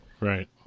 right